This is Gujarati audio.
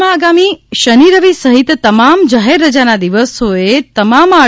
રાજ્યમાં આગામી શનિ રવિ સહિત તમામ જાહેર રજાના દિવસોએ તમામ આર